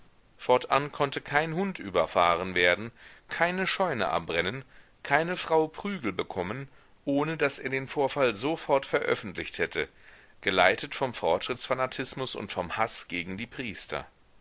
fortan konnte kein hund überfahren werden keine scheune abbrennen keine frau prügel bekommen ohne daß er den vorfall sofort veröffentlicht hätte geleitet vom fortschrittsfanatismus und vom haß gegen die priester